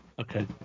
Okay